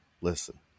listen